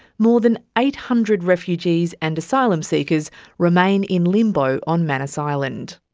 more than eight hundred refugees and asylum seekers remain in limbo on manus island.